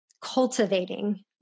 cultivating